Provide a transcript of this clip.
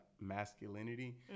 masculinity